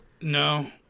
No